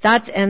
that and